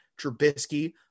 Trubisky